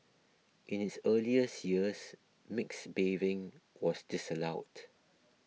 in its earlier years mixed bathing was disallowed